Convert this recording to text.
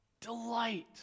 Delight